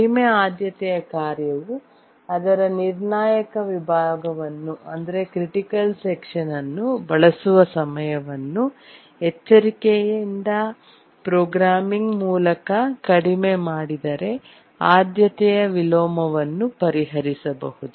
ಕಡಿಮೆ ಆದ್ಯತೆಯ ಕಾರ್ಯವು ಅದರ ನಿರ್ಣಾಯಕ ವಿಭಾಗವನ್ನು ಕ್ರಿಟಿಕಲ್ ಸೆಕ್ಷನ್ ಬಳಸುವ ಸಮಯವನ್ನು ಎಚ್ಚರಿಕೆಯ ಪ್ರೋಗ್ರಾಮಿಂಗ್ ಮೂಲಕ ಕಡಿಮೆ ಮಾಡಿದರೆ ಆದ್ಯತೆಯ ವಿಲೋಮವನ್ನು ಪರಿಹರಿಸಬಹುದು